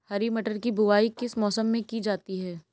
हरी मटर की बुवाई किस मौसम में की जाती है?